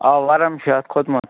آ وَرَم چھِ اَتھ کھوٚتمُت